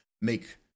make